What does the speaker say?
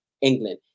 England